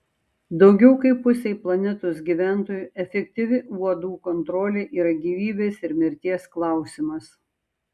daugiau kaip pusei planetos gyventojų efektyvi uodų kontrolė yra gyvybės ir mirties klausimas